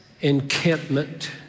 encampment